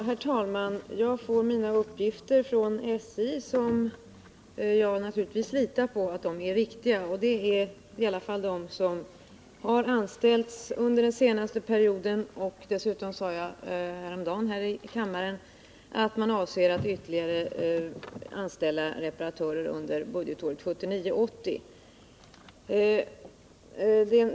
Herr talman! Jag får mina uppgifter från SJ, och jag litar naturligtvis på att de är riktiga. De siffror jag nämnde redovisar antalet nyanställningar under den senaste perioden. SJ avser dessutom, som jag också framhöll i en debatt häromdagen här i kammaren, att anställa ytterligare reparatörer under budgetåret 1979/80.